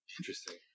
Interesting